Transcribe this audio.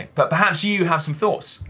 but perhaps you have some thoughts